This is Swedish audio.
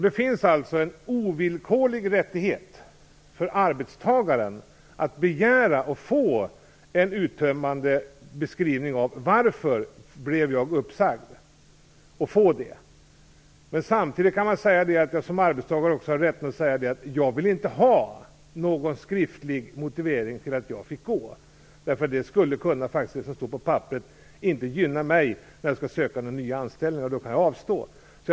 Det finns alltså en ovillkorlig rättighet för arbetstagaren att begära och få en uttömmande beskrivning av varför denne blev uppsagd. Samtidigt kan sägas att man som arbetstagare också har rätt att säga att man inte vill ha någon skriftlig motivering till varför man fick gå. Det som står på papperet gynnar inte arbetstagaren när denne skall söka en ny anställning och då kan man avstå från motiveringen.